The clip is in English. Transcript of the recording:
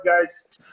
guys